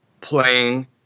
playing